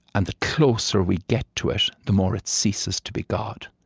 and the closer we get to it, the more it ceases to be god.